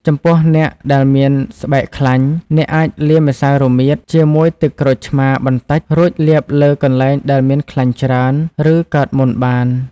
ចំពោះអ្នកដែលមានស្បែកខ្លាញ់ អ្នកអាចលាយម្សៅរមៀតជាមួយទឹកក្រូចឆ្មារបន្តិច រួចលាបលើកន្លែងដែលមានខ្លាញ់ច្រើន ឬកើតមុនក៏បាន។